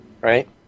Right